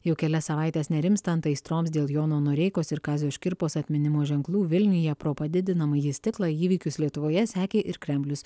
jau kelias savaites nerimstant aistroms dėl jono noreikos ir kazio škirpos atminimo ženklų vilniuje pro padidinamąjį stiklą įvykius lietuvoje sekė ir kremlius